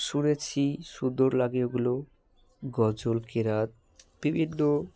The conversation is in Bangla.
শুনেছি সুন্দর লাগে ওগুলোও গজল কেরাত বিভিন্ন